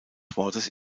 wortes